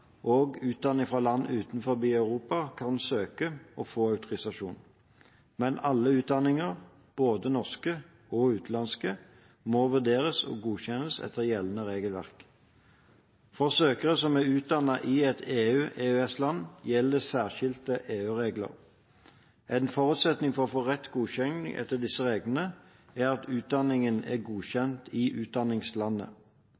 og utdanning fra land utenfor Europa kan søke og få autorisasjon. Men alle utdanninger – både norske og utenlandske – må vurderes og godkjennes etter gjeldende regelverk. For søkere som er utdannet i et EU/EØS-land, gjelder særskilte EU-regler. En forutsetning for å få rett til godkjenning etter disse reglene er at utdanningen er